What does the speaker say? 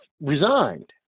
resigned